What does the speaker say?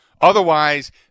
Otherwise